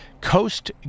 Coast